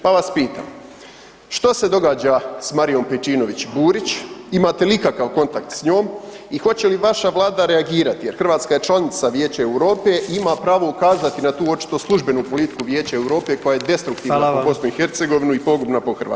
Pa vas pitam, što se događa s Marijom Pejčinović Burić, imate li ikakav kontakt s njom i hoće li vaša vlada reagirati jer Hrvatska je članica Vijeća Europe i ima pravo ukazati na tu očito službenu politiku Vijeća Europe koja je destruktivna po BiH i pogubna po Hrvate?